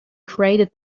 created